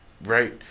right